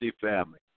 Family